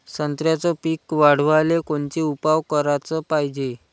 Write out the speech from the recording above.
संत्र्याचं पीक वाढवाले कोनचे उपाव कराच पायजे?